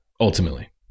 Ultimately